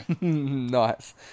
Nice